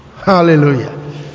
Hallelujah